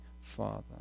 Father